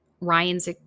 Ryan's